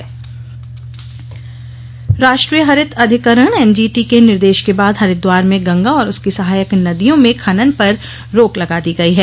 रोक राष्ट्रीय हरित अधिकरण एनजीटी के निर्देश के बाद हरिद्वार में गंगा और उसकी सहायक नदियों में खनन पर रोक लगा दी गई है